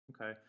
Okay